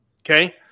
okay